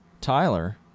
Tyler